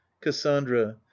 cassandra